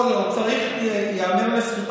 לא, לא, ייאמר לזכותו.